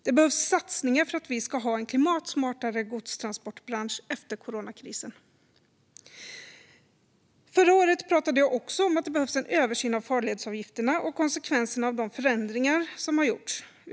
Det behövs satsningar för att vi ska ha en klimatsmartare godstransportbransch efter coronakrisen. Förra året pratade jag också om att det behövs en översyn av farledsavgifterna och om konsekvenserna av de förändringar som har gjorts.